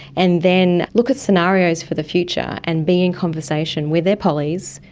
and then look at scenarios for the future and be in conversation with their pollies,